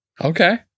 Okay